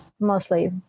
mostly